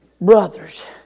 brothers